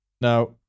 now